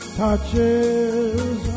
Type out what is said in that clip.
touches